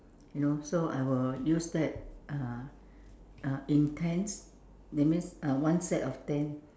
you know so I will use that uh uh in tens that means one set of ten